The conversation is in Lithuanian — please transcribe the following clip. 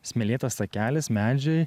smėlėtas takelis medžiai